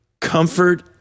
comfort